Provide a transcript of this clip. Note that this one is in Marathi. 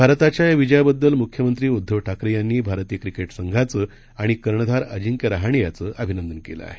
भारताच्या या विजयाबद्दल मुख्यमंत्री उद्धव ठाकरे यांनी भारतीय क्रिकेट संघाचं आणि कर्णधार अजिंक्य रहाणे याचं अभिनंदन केलं आहे